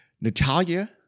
Natalia